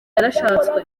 yarashatswe